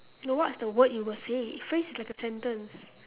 no what's the word you would say phrase is like a sentence